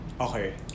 Okay